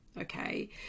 Okay